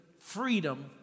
Freedom